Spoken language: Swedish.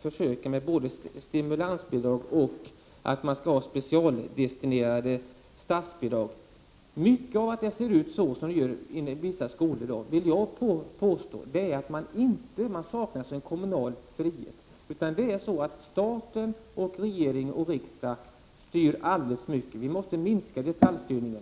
försöka både med stimulansbidrag och med specialdestinerade statsbidrag. Jag vill påstå att orsaken till att det ser ut som det gör på vissa skolor i dag är att man saknar en kommunal frihet. Staten, regeringen och riksdagen, styr alldeles för mycket. Vi måste minska detaljstyrningen.